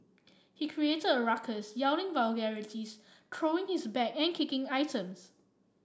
he created a ruckus yelling vulgarities throwing his bag and kicking items